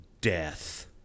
death